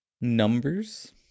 Numbers